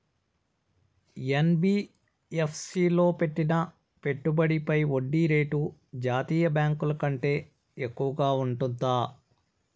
NBFC లో పెట్టిన పెట్టుబడి పై వడ్డీ రేటు జాతీయ బ్యాంకు ల కంటే ఎక్కువగా ఉంటుందా?